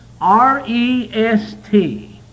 R-E-S-T